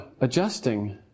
adjusting